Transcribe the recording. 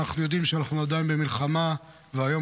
אנחנו יודעים שאנחנו עדיין במלחמה והיום